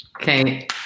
Okay